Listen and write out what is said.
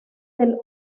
del